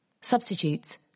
Substitutes